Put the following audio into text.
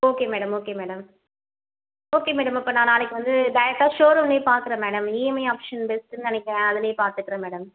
okay madam okay madam okay madam அப்போ நான் நாளைக்கு வந்து டேரக்ட்டாக ஷோ ரூம்லேயே பார்க்குறேன் மேடம் இஎம்ஐ ஆப்ஷன் பெஸ்ட்டுன்னு நினைக்கிறேன் அதிலே பார்த்துக்குறேன் மேடம்